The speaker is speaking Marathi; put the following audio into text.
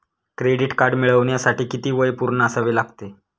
क्रेडिट कार्ड मिळवण्यासाठी किती वय पूर्ण असावे लागते?